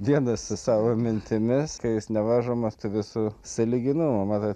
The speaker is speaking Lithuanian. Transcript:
vienas su savo mintimis kai jis nevaržomas tų visų sąlyginumų matot